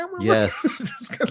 Yes